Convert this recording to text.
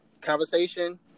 Conversation